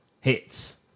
Hits